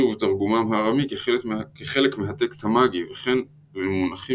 ובתרגומם הארמי כחלק מהטקסט המאגי וכן למונחים